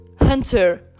hunter